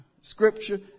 scripture